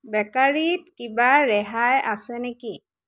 বেকাৰীত কিবা ৰেহাই আছে নেকি